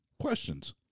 questions